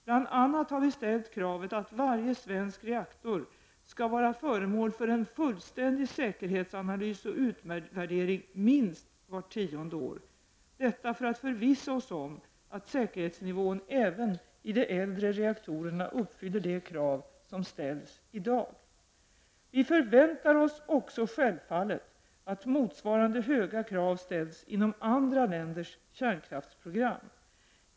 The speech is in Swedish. Bl.a. har vi ställt kravet att varje svensk reaktor skall vara föremål för en fullständig säkerhetsanalys och utvärdering minst vart tionde år, detta för att förvissa oss om att säkerhetsnivån även i de äldre reaktorerna uppfyller de krav som ställs i dag. Vi förväntar oss självfallet också att motsvarande höga krav ställs inom andra länders kärnkraftsprogram.